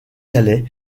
calais